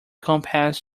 compass